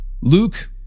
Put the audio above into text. Luke